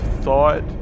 thought